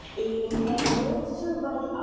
inhale, lift your body up,